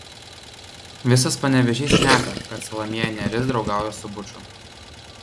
visas panevėžys šneka kad salomėja nėris draugauja su buču